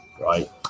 right